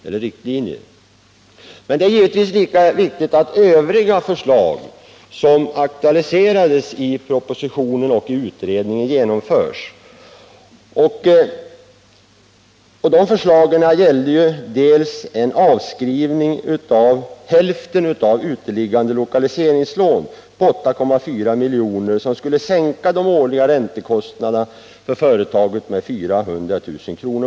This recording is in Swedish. Jag vill tillägga att det givetvis är lika viktigt att också övriga förslag som aktualiserades i propositionen och i utredningen genomförs. De förslagen gällde dels en avskrivning av hälften av uteliggande lokaliseringslån på 8,4 milj.kr., vilket skulle sänka företagets räntekostnader med 400 000 kr.